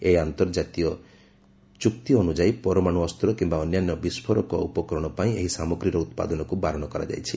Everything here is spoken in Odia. ଏହି ଆନ୍ତର୍ଜାତୀୟ ଚୁକ୍ତି ଅନୁଯାୟୀ ପରମାଣୁ ଅସ୍ତ୍ର କିୟା ଅନ୍ୟାନ୍ୟ ବିସ୍ଫୋରକ ଉପକରଣ ପାଇଁ ଏହି ସାମଗ୍ରୀର ଉତ୍ପାଦନକୁ ବାରଣ କରାଯାଇଛି